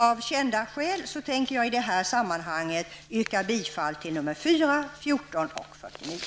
Av kända skäl tänker jag i detta sammanhang yrka bifall till endast 4, 14 och 49.